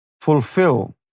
fulfill